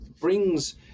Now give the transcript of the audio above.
brings